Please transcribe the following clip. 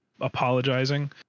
apologizing